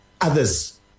others